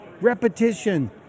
repetition